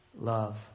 love